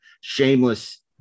shameless